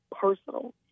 personal